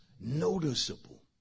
noticeable